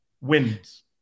Wins